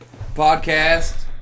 podcast